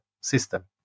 system